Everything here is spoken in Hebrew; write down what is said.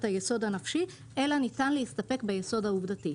היסוד הנפשי אלא ניתן להסתפק ביסוד העובדתי.